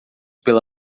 pela